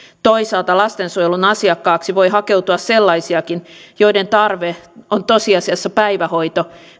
toisaalta lastensuojelun asiakkaaksi voi hakeutua sellaisiakin joiden tarve on tosiasiassa päivähoito